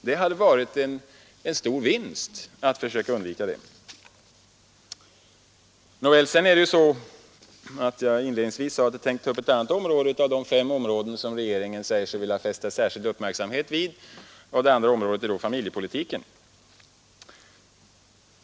Det hade varit en stor vinst om detta kunnat undvikas. Jag har inledningsvis sagt att jag tänker ta upp ett annat område av de fem områden som regeringen säger sig vilja fästa särskild uppmärksamhet vid. Det andra området är familjepolitiken.